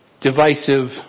divisive